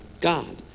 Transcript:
God